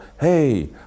hey